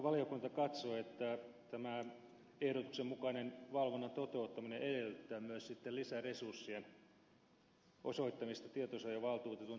hallintovaliokunta katsoi että tämä ehdotuksen mukainen valvonnan toteuttaminen edellyttää myös lisäresurssien osoittamista tietosuojavaltuutetun toimistolle